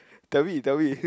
tell me tell me